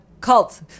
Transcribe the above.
cult